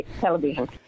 television